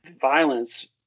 violence